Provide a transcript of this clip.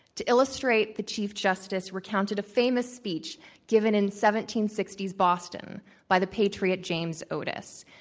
to illustrate, the chief justice recounted a famous speech given in seventeen sixty s boston by the patriot james otis,